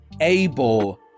able